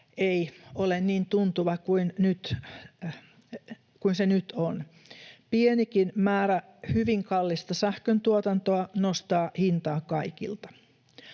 ei ole niin tuntuva kuin se nyt on. Pienikin määrä hyvin kallista sähköntuotantoa nostaa hintaa kaikilta.